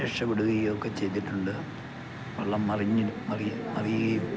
രക്ഷപ്പെടുകയുമൊക്കെ ചെയ്തിട്ടുണ്ട് വള്ളം മറിഞ്ഞു മറിയുകയും